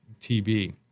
TB